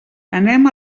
anem